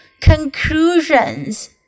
conclusions